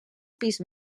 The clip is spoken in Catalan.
pis